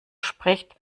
spricht